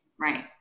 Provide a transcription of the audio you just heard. Right